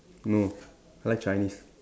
no I like Chinese